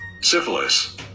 Syphilis